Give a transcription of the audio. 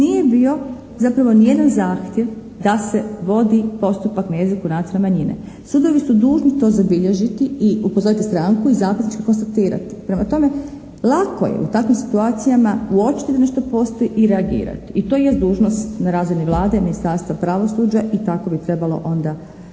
nije bio zapravo ni jedan zahtjev da se vodi postupak na jeziku nacionalne manjine. Sudovi su dužni to zabilježiti i upozoriti stranku i zapisnički konstatirati. Prema tome lako je u takvim situacijama uočiti da nešto postoji i reagirati i to jest dužnost na razini Vlade, Ministarstva pravosuđa i tako bi trebalo onda i